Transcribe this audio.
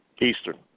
Eastern